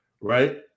right